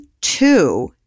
two